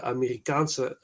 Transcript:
Amerikaanse